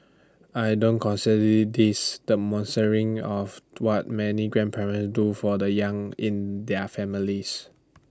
I don't consider this the of what many grandparents do for the young in their families